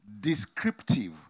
Descriptive